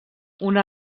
una